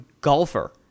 golfer